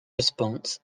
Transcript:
response